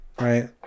right